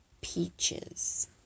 peaches